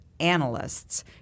Analysts